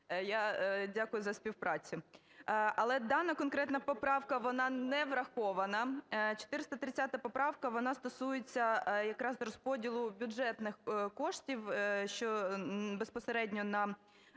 Я дякую за співпрацю. Але дана конкретна поправка вона не врахована. 430 поправка вона стосується якраз розподілу бюджетних коштів безпосередньо на